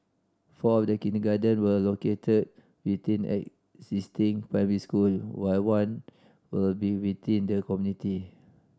four of the kindergarten will located within existing primary school while one will be within the community